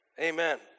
Amen